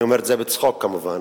אני אומר את זה בצחוק, כמובן,